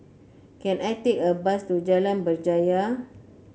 can I take a bus to Jalan Berjaya